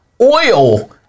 oil